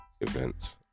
events